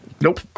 nope